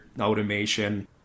automation